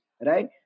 right